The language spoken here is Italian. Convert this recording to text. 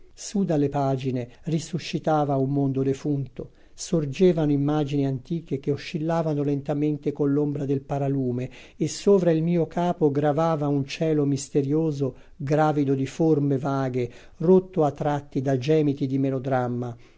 le pagine risuscitava un mondo defunto sorgevano immagini antiche che oscillavano lentamente coll'ombra del paralume e sovra il mio capo gravava un cielo misterioso gravido di forme vaghe rotto a tratti da gemiti di melodramma